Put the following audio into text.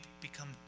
become